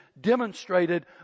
demonstrated